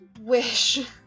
wish